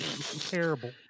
Terrible